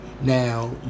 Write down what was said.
now